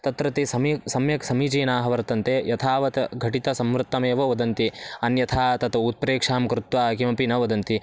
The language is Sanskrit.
तत्र ते सम्यक् सम्यक् समीचीनाः वर्तन्ते यथावत् घटितसम्मृत्तमेव वदन्ति अन्यथा तत् उत्प्रेक्षां कृत्वा किमपि न वदन्ति